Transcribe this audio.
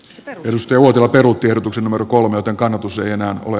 sitä ennusti uotila perutiedotuksen numero kolmelta kannatus ei enää ole